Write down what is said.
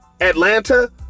Atlanta